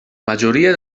majoria